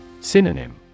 Synonym